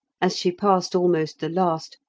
as she passed almost the last,